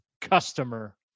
customer